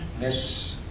miss